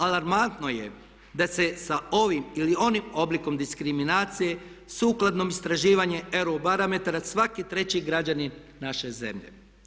Alarmantno je da se sa ovim ili onim oblikom diskriminacije sukladno istraživanje EUROBAROMETAR-a svaki treći građanin naše zemlje.